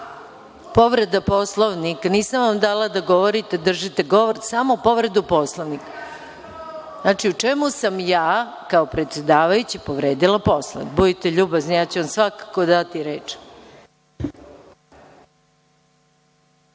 Povreda Poslovnika. Nisam vam dala da držite govor. Samo povreda Poslovnika. Znači, u čemu sam ja kao predsedavajuća povredila Poslovnik. Budite ljubazni. Ja ću vam svakako dati reč.